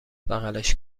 بغلش